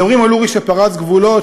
מדברים על אורי שפרץ גבולות,